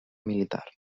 militar